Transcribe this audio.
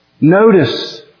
Notice